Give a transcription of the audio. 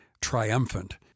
triumphant